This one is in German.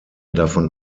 davon